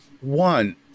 One